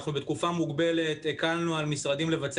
אנחנו בתקופה מוגבלת הקלנו על משרדים לבצע